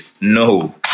no